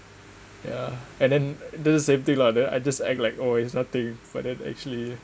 ya and then the same thing lah then I just act like oh it's nothing for that actually